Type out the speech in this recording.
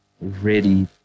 ready